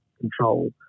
control